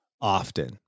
often